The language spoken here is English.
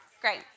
Great